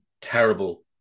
terrible